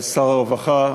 שר הרווחה,